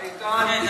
איתן,